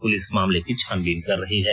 police मामले की छानबीन कर रही है